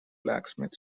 blacksmith